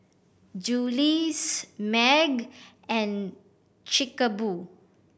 Julie's MAG and Chic a Boo